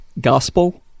gospel